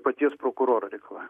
paties prokuroro reikalavimu